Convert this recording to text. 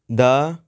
ਦਾ